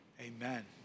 amen